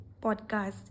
podcast